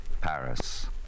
Paris